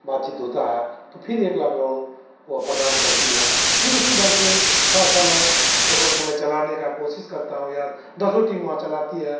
बात चीत होता है तो फिर एक लाख लोन वह प्रदान करती है फिर उसी ढंग से सौ समय होकर के मैं चलाने का कोशिश करता हूँ या दसों टीम वहाँ चलाती है